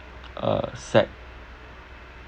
uh sad